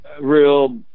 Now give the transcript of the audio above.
real